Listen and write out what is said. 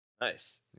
Nice